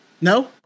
No